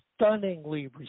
stunningly